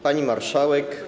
Pani Marszałek!